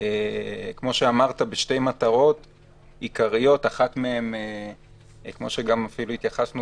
כמו שאמרת בשתי מטרות עיקריות, אחת בהיבט של